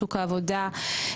לשוק העבודה,